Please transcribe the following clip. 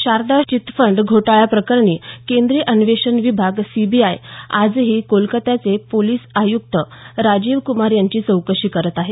Sharda chit fund घोटाळ्याप्रकरणी केंद्रीय अन्वेषण विभाग सीबीआय आजही कोलकात्याचे पोलीस आयुक्त राजीव कुमार यांची चौकशी करत आहे